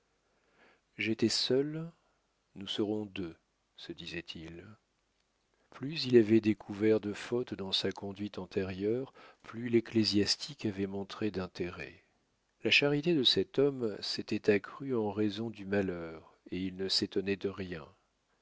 j'étais seul nous serons deux se disait-il plus il avait découvert de fautes dans sa conduite antérieure plus l'ecclésiastique avait montré d'intérêt la charité de cet homme s'était accrue en raison du malheur et il ne s'étonnait de rien